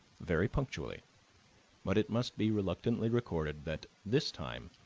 very punctually but it must be reluctantly recorded that, this time,